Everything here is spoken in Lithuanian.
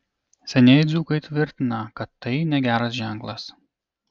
senieji dzūkai tvirtina kad tai negeras ženklas